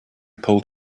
pulled